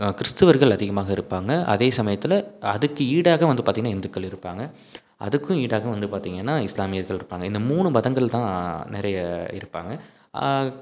கிறுஸ்தவர்கள் அதிகமாக இருப்பாங்க அதே சமயத்தில் அதுக்கு ஈடாக வந்து பார்த்திங்கன்னா இந்துக்கள் இருப்பாங்க அதுக்கும் ஈடாக வந்து பார்த்திங்கன்னா இஸ்லாமியர்கள் இருப்பாங்க இந்த மூணு மதங்கள்தான் நிறைய இருப்பாங்க